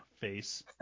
Face